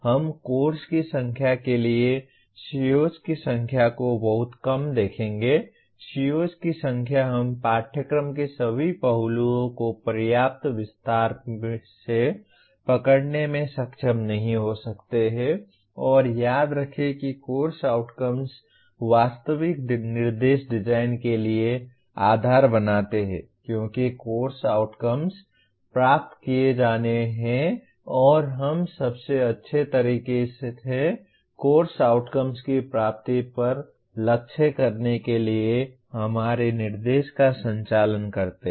हम कोर्स की संख्या के लिए COs की संख्या को बहुत कम देखेंगे COs की संख्या हम पाठ्यक्रम के सभी पहलुओं को पर्याप्त विस्तार से पकड़ने में सक्षम नहीं हो सकते हैं और याद रखें कि कोर्स आउटकम्स वास्तविक निर्देश डिजाइन के लिए आधार बनाते हैं क्योंकि कोर्स आउटकम्स प्राप्त किए जाने हैं और हम सबसे अच्छे तरीके से कोर्स आउटकम्स की प्राप्ति पर लक्ष्य करने के लिए हमारे निर्देश का संचालन करते हैं